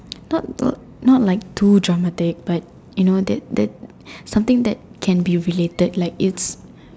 not not not like too dramatic but you know that that something that can be related like it's